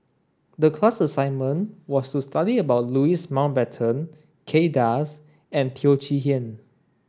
the class assignment was to study about Louis Mountbatten Kay Das and Teo Chee Hean